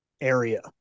area